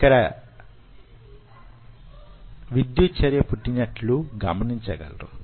ఇక్కడ మీరు విద్యుత్ చర్య పుట్టినట్లు గమనించగలరు